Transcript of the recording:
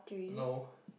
no